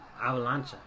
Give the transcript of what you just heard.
Avalanche